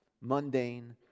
mundane